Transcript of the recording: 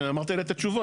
אמרת לי לתת תשובות